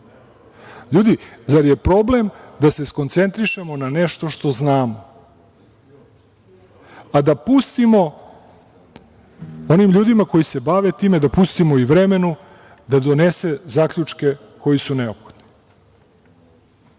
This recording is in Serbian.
zar je problem da se skoncentrišemo na nešto što znamo, a da pustimo onim ljudima koji se bave time, da pustimo i vremenu, da donesu zaključke koji su neophodni?